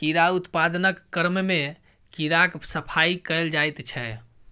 कीड़ा उत्पादनक क्रममे कीड़ाक सफाई कएल जाइत छै